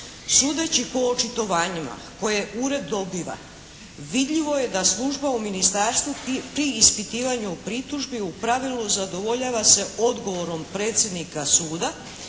"Sudeći po očitovanjima koje ured dobiva vidljivo je da služba u ministarstvu pri ispitivanju pritužbi u pravilu zadovoljava se odgovorom predsjednika suda